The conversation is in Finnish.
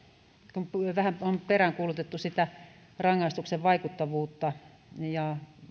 kun vähän on peräänkuulutettu sitä rangaistuksen vaikuttavuutta niin